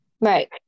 Right